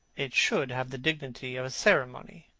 it should have the dignity of a ceremony,